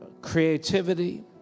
creativity